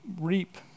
reap